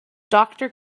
doctor